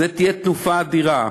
זו תהיה תנופה אדירה.